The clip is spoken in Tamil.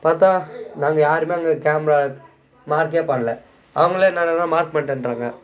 பார்த்தா நாங்கள் யாரும் அங்கே கேமரா மார்க்கே பண்ணல அவங்களே என்னன்னா மார்க் பண்ணிட்டேன்றாங்க